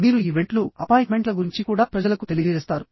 మీరుఈవెంట్లుఅపాయింట్మెంట్ల గురించి కూడా ప్రజలకు తెలియజేస్తారు